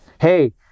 Hey